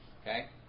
Okay